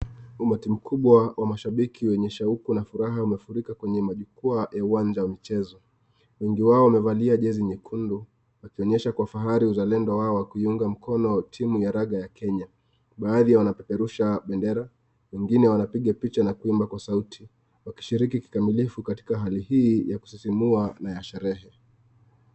Umati mkubwa wa mashabiki wenye shauku na furaha umefurika kwenye majukwaa ya uwanja wa michezo. Wengi wao wamevalia jezi nyekundu, wakionyesha kwa fahari uzalendo wao wa kuunga mkono timu ya raga ya Kenya. Baadhi wanaperusha bendera, wengine wanapiga picha na kuimba kwa sauti, wakishiriki kikamilifu katika hali hii ya kusisimua na ya sherehe.